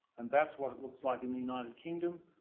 and that's what it looks like in the united kingdom,